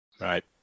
Right